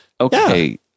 okay